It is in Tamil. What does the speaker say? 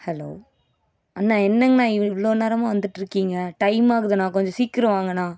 ஹலோ அண்ணா என்னங்கண்ணா இவ்வளோ நேரமாக வந்துட்டுருக்கீங்க டைம் ஆகுதுண்ணா கொஞ்சம் சீக்கிரம் வாங்கண்ணா